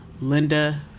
Linda